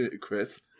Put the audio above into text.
Chris